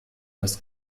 das